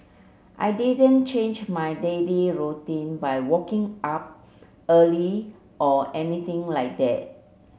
I didn't change my daily routine by walking up early or anything like that